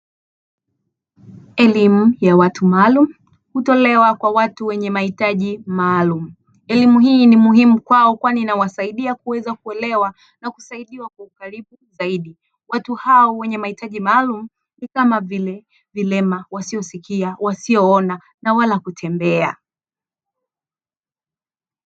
Elimu ya watu maalum, inayotolewa kwa watu wenye mahitaji maalum. Elimu hii ni muhimu kwao kwani inawasaidia kuweza kuelewa na kusaidiwa kukabiliana zaidi. Watu hao wenye mahitaji maalum ni kama vile: vilema, wasiosikia, wasioona, na wala kutembea.